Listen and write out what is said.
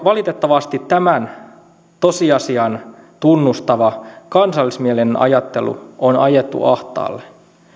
valitettavasti tämän tosiasian tunnustava kansallismielinen ajattelu on ajettu ahtaalle